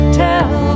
tell